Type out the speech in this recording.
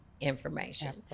information